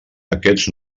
aquests